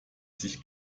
sich